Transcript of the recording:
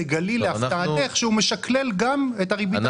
תגלי להפתעתך שהוא משקלל גם את הריבית הנמוכה